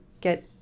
get